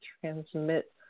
transmit